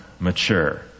mature